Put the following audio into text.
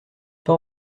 pas